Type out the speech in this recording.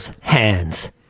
hands